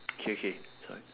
okay okay sorry